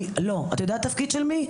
אתה יודע התפקיד של מי?